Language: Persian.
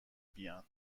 بیان